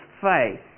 face